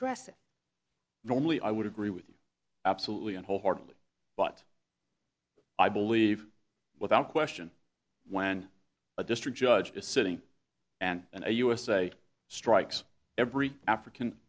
address it normally i would agree with you absolutely and wholeheartedly but i believe without question when a district judge a sitting and and a usa strikes every african